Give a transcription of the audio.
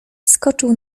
skoczył